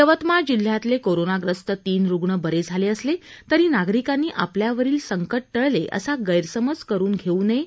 यवतमाळ जिल्ह्यातले कोरोनाग्रस्त तीन रुग्ण बरे झाले असले तरी नागरिकांनी आपल्यावरील संकट टळले असा गैरसमज करून घेऊ नये